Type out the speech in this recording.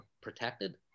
protected